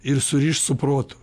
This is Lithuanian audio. ir surišt su protu